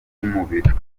bw’umubiri